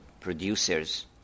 producers